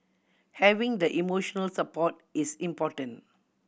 having the emotional support is important